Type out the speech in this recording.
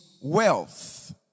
wealth